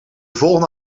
volgende